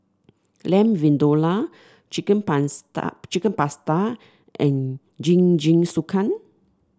Lamb Vindaloo Chicken Chicken Pasta and Jingisukan